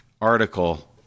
article